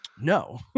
No